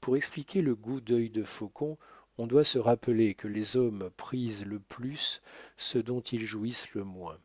pour expliquer le goût dœil de faucon on doit se rappeler que les hommes prisent le plus ce dont ils jouissent le moins